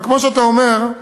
אבל כמו שאתה אומר,